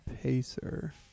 pacer